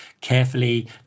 carefully